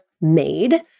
made